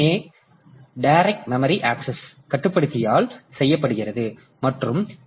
ஏ கட்டுப்படுத்தியால் செய்யப்படுகிறது மற்றும் டி